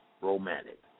romantic